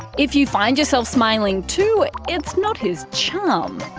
if you find yourself smiling too, it's not his charm.